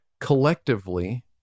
collectively